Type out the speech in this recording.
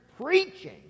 preaching